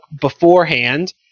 beforehand